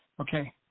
Okay